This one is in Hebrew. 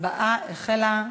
ההצבעה החלה.